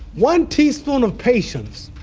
one teaspoon of patience,